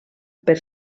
per